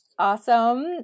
Awesome